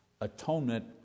Atonement